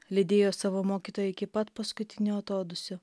lydėjo savo mokytoją iki pat paskutinio atodūsio